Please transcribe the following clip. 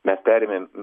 mes perėmėm